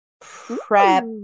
prep